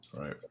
Right